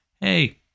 Hey